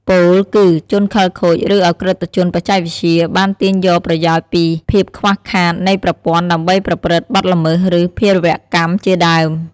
ពោលគឺ ជនខិលខូច ឬ ឧក្រិដ្ឋជនបច្ចេកវិទ្យា បាន ទាញយកប្រយោជន៍ពីភាពខ្វះខាត នៃប្រព័ន្ធ ដើម្បី ប្រព្រឹត្តបទល្មើស ឬ ភេរវកម្ម ជាដើម។